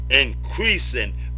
increasing